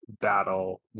battle